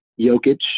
Jokic